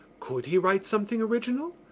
could he write something original?